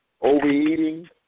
overeating